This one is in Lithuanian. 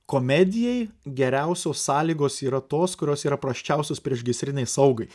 komedijai geriausios sąlygos yra tos kurios yra prasčiausios priešgaisrinei saugai